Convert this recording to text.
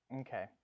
Okay